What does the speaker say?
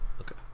Okay